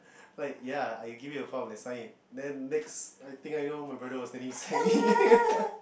like ya I give me the form I signed it then next I think know my brother was standing beside me